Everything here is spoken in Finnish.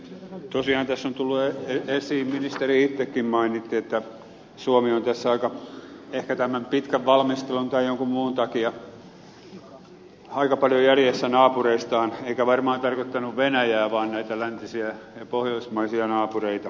tosiaan tässä on tullut esiin ministeri itsekin mainitsi että suomi on tässä ehkä tämän aika pitkän valmistelun tai jonkun muun takia aika paljon jäljessä naapureistaan eikä varmaan tarkoittanut venäjää vaan näitä läntisiä ja pohjoismaisia naapureita